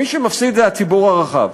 מי שמפסיד זה הציבור הרחב.